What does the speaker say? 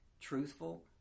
truthful